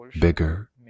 bigger